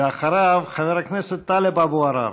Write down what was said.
ואחריו, חבר הכנסת טלב אבו עראר.